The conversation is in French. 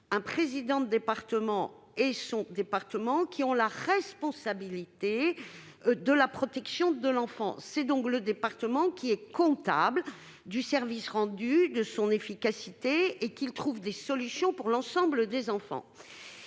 le président du conseil départemental et son département ont la responsabilité de la protection de l'enfant. C'est donc le département qui est comptable du service rendu, de son efficacité et du fait qu'il trouve des solutions pour l'ensemble des enfants.